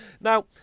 now